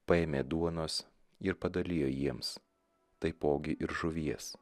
paėmė duonos ir padalijo jiems taipogi ir žuvies